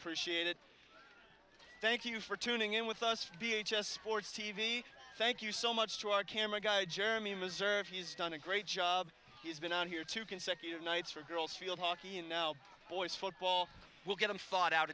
appreciate it thank you for tuning in with us b h s sports t v thank you so much to our camera guy jeremy missouri he's done a great job he's been out here two consecutive nights for girls field hockey and now boys football will get them